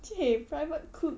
!chey! private cook